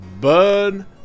Burn